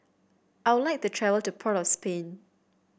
I would like to travel to Port of Spain